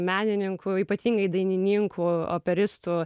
menininkų ypatingai dainininkų operistų